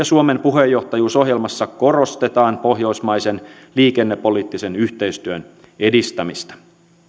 suomen puheenjohtajuusohjelmassa korostetaan pohjoismaisen liikennepoliittisen yhteistyön edistämistä